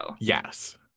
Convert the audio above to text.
Yes